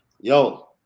Yo